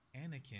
Anakin